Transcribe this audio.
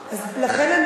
לכן,